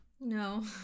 No